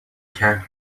کرد